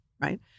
right